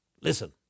Listen